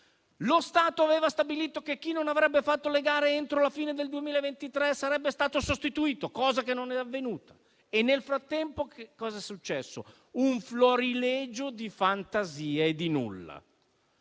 lo Stato aveva stabilito che chi non avrebbe fatto le gare entro la fine del 2023 sarebbe stato sostituito, ma ciò non è avvenuto, e nel frattempo è successo un florilegio di fantasia e di nulla.